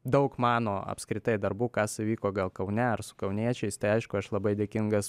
daug mano apskritai darbų kas vyko gal kaune ar su kauniečiais tai aišku aš labai dėkingas